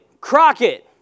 Crockett